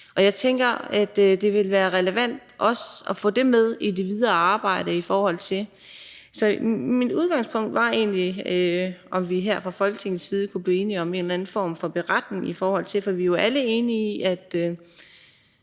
Og jeg tænker, at det ville være relevant også at få det med i det videre arbejde. Så mit udgangspunkt var egentlig, at vi her fra Folketingets side kunne blive enige om en eller anden form for beretning, for vi er jo alle enige om, at